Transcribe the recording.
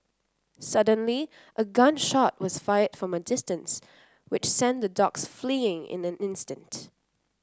suddenly a gun shot was fired from a distance which sent the dogs fleeing in an instant